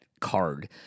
card